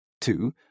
Two